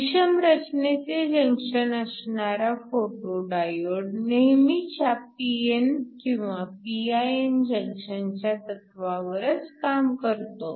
विषम रचनेचे जंक्शन असणारा फोटो डायोड नेहमीच्या p n किंवा pin जंक्शनच्या तत्वावरच काम करतो